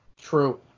True